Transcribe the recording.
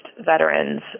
veterans